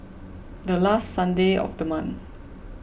the last Sunday of the month